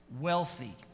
wealthy